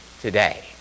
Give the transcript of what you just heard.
today